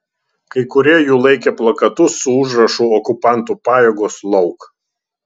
kai kurie jų laikė plakatus su užrašu okupantų pajėgos lauk